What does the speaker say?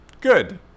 Good